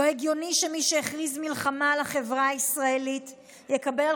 לא הגיוני שמי שהכריז מלחמה על החברה הישראלית יקבל על